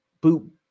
boot